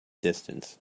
distance